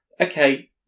okay